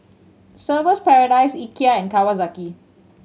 Surfer's Paradise Ikea and Kawasaki